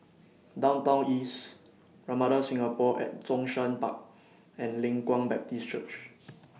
Downtown East Ramada Singapore At Zhongshan Park and Leng Kwang Baptist Church